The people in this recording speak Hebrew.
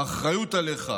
האחריות עליך.